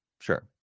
Sure